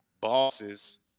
bosses